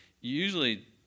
Usually